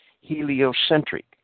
heliocentric